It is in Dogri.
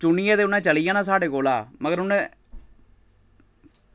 चुनियै ते उ'नें चली जाना साढ़े कोला मगर उ'नें